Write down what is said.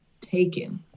taken